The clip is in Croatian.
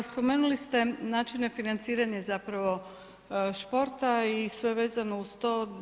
Pa spomenuli ste načine financiranja zapravo športa i sve vezano uz to.